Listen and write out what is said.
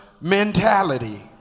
mentality